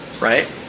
right